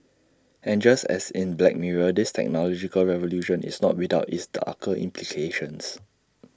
and just as in black mirror this technological revolution is not without its darker implications